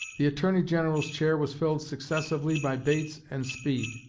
the attorney general's chair was filled successively by bates and speed.